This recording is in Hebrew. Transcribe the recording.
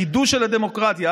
החידוש של הדמוקרטיה,